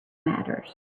matters